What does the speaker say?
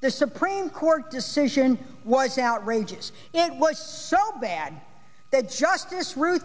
the supreme court decision was outrageous it was so bad that justice ruth